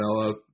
develop